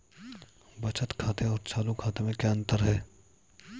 बचत खाते और चालू खाते में क्या अंतर है?